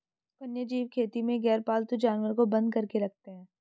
वन्यजीव खेती में गैरपालतू जानवर को बंद करके रखते हैं